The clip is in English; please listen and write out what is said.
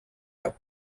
out